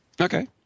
Okay